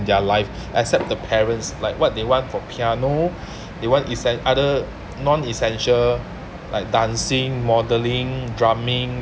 their life except the parents like what they want for piano they want essen~ other non essential like dancing modelling drumming